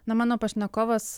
na mano pašnekovas